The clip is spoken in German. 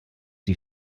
die